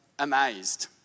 Amazed